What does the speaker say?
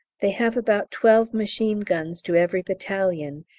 they have about twelve machine-guns to every battalion,